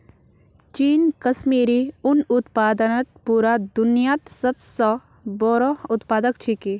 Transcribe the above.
चीन कश्मीरी उन उत्पादनत पूरा दुन्यात सब स बोरो उत्पादक छिके